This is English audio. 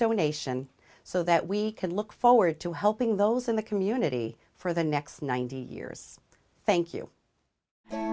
donation so that we can look forward to helping those in the community for the next ninety years thank you